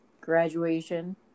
graduation